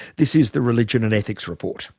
this is the religion and ethics report